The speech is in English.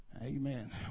Amen